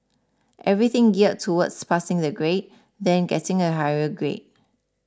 everything geared towards passing the grade then getting a higher grade